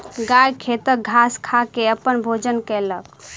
गाय खेतक घास खा के अपन भोजन कयलक